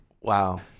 Wow